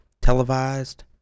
televised